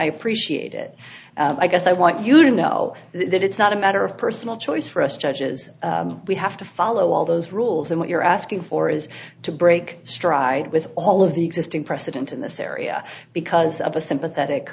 i appreciate it i guess i want you to know that it's not a matter of personal choice for us judges we have to follow all those rules and what you're asking for is to break stride with all of the existing precedent in this area because of a sympathetic